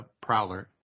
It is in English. prowler